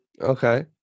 Okay